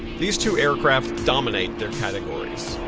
these two aircraft dominate their categories.